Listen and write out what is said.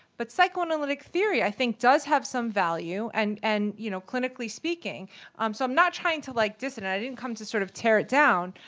but psychoanalytic theory, i think, does have some value, and and you know, clinically speaking. um so i'm not trying to, like, diss it, and i didn't come to sort of tear it down.